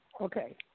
Okay